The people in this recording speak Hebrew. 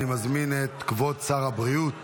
אני מזמין את כבוד שר הבריאות